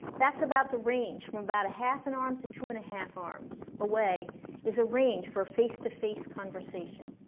that's about the range, from about half an arm to two and a half arms away is a range for face to face conversation